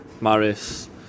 Maris